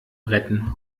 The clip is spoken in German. retten